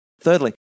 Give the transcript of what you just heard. Thirdly